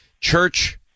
church